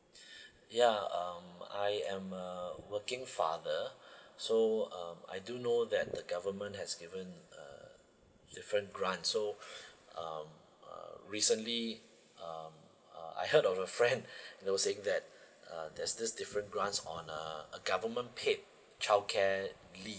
ya um I'm a working father so uh I do know that the government has given err different grant so um uh recently um uh I heard of a friend they were saying that uh there's this different grants on uh a government paid childcare leave